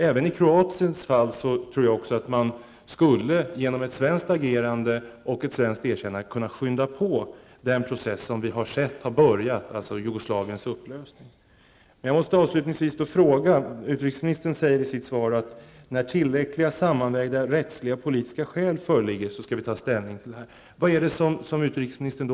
Även i Kroatiens fall tror jag att ett svenskt agerande och ett svenskt erkännande skulle kunna skynda på den process som har börjat, dvs. Jag måste avslutningsvis få ställa en fråga. Utrikesministern säger i sitt svar, att ''när tillräckliga sammanvägda rättsliga och politiska skäl föreligger'' skall vi ta ställning till frågan om erkännande. Vad avser utrikesministern då?